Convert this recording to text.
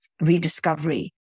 rediscovery